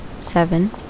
seven